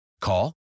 Call